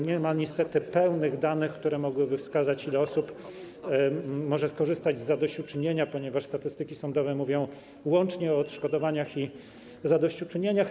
Nie ma niestety pełnych danych, które można by wskazać, ile osób może skorzystać z zadośćuczynienia, ponieważ statystyki sądowe mówią łącznie o odszkodowaniach i zadośćuczynieniach.